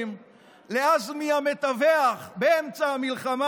יכול לפנות אליכם ולהציע לכם הצעות מפתות להיכנס לעולם